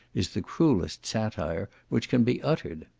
is the cruellest satire which can be uttered.